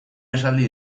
esaldi